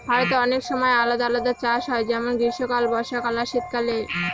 ভারতে অনেক সময় আলাদা আলাদা চাষ হয় যেমন গ্রীস্মকালে, বর্ষাকালে আর শীত কালে